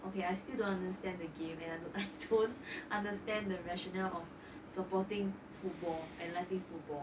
okay I still don't understand the game and I don't I don't understand the rationale supporting football and liking football